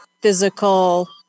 physical